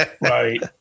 Right